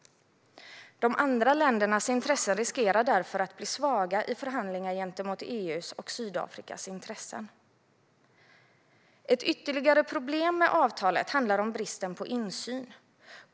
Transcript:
De andra ländernas intressen riskerar därför att bli svaga i förhandlingar gentemot EU:s och Sydafrikas intressen. Ett ytterligare problem med avtalet är bristen på insyn.